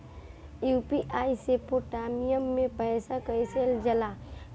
UPI से Paytm मे पैसा कइसे जाला?